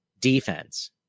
defense